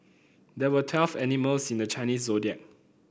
there are twelve animals in the Chinese Zodiac